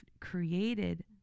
created